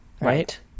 Right